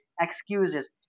excuses